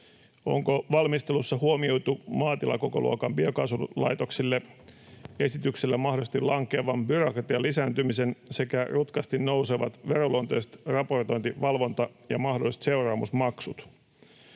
Onko valmistelussa huomioitu esityksessä maatilan kokoluokan mahdollisesti biokaasulaitoksille langettama byrokratian lisääntyminen sekä rutkasti nousevat veroluonteiset raportointi-, valvonta- ja mahdolliset seuraamusmaksut?